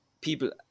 people